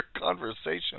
conversation